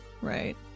Right